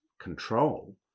control